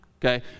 Okay